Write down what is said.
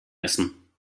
essen